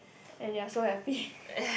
and they are so happy